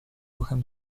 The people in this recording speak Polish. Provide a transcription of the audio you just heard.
ruchem